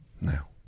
Now